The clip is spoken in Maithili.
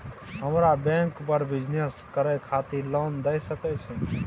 हमरा बैंक बर बिजनेस करे खातिर लोन दय सके छै?